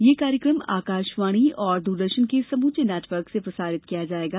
यह कार्यक्रम आकाशवाणी और दूरदर्शन के समूचे नेटवर्क से प्रसारित किया जाएगा